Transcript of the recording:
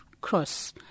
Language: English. cross